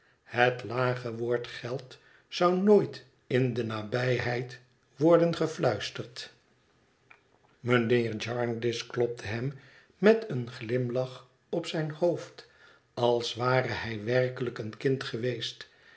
het lage woord geld zou nooit in de nabijdeid worden gefluisterd mijnheer jarndyce klopte hem met een glimlach op zijn hoofd als ware hij werkelijk een kind geweest